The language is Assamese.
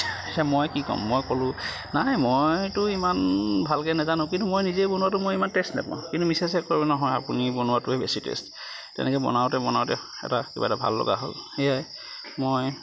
তেতিয়া মই কি ক'ম মই ক'লোঁ নাই মইতো ইমান ভালকে নেজানো কিন্তু মই নিজেই বনোৱাটো মই ইমান টেষ্ট নাপাওঁ কিন্তু মিছেছে কয় বোলে নহয় আপুনি বনোৱাটোৱেই বেছি টেষ্ট তেনেকৈ বনাওঁতে বনাওঁতে কিবা এটা ভাল লগা হ'ল সেয়াই মই